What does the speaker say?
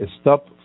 stop